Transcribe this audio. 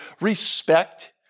respect